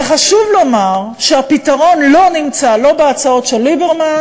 וחשוב לומר שהפתרון לא נמצא לא בהצעות של ליברמן,